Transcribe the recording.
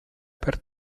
per